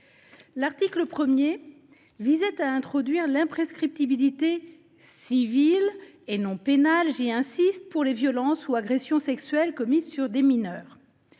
L’article 1 visait à introduire l’imprescriptibilité civile, et non pénale – j’y insiste –, pour les violences ou agressions sexuelles commises sur des mineurs.